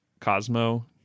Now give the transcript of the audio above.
Cosmo